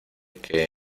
que